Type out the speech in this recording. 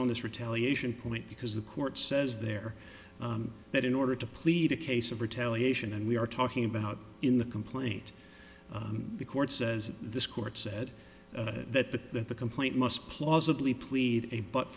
on this retaliation point because the court says there that in order to plead a case of retaliation and we are talking about in the complaint the court says this court said that the complaint must plausibly plead a bu